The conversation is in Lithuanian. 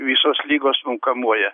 visos ligos mum kamuoja